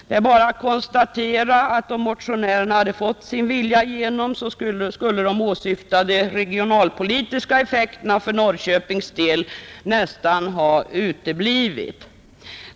Det är bara att konstatera att om motionärerna hade fått sin vilja igenom skulle de åsyftade regionalpolitiska effekterna för Norrköping nästan helt ha uteblivit.